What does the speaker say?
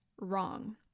wrong